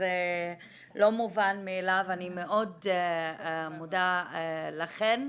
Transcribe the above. וזה לא מובן מאליו, אני מאוד מודה לכן.